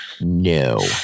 No